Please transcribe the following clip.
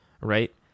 right